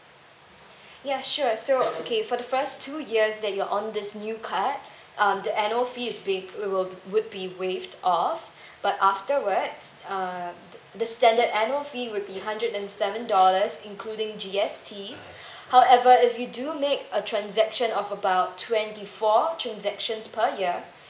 ya sure so okay for the first two years that you're on this new card um the annual fee is being it will be would be waived off but afterwards uh the standard annual fee would be hundred and seven dollars including G_S_T however if you do make a transaction of about twenty four transactions per year